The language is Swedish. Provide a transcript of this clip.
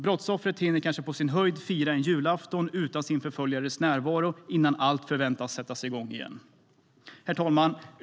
Brottsoffret hinner på sin höjd fira en julafton utan sin förföljares närvaro innan allt förväntas sätta igång igen. Herr talman!